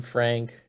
Frank